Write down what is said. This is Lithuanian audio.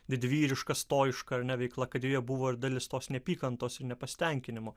didvyriška stojiška veikla kad joje buvo ir dalis tos neapykantos ir nepasitenkinimo